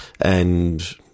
and-